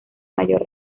mayor